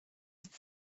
had